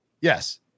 Yes